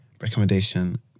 recommendation